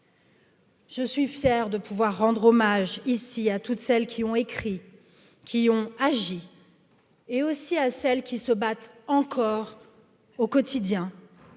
Je suis fier de pouvoir rendre hommage ici à toutes celles qui ont écrit qui ont agi et aussi à celles qui se battent encore. Au quotidien.